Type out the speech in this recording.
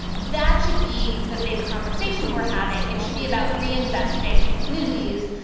that should be the big conversation we're having. it should be about reinvesting in communities,